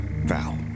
Val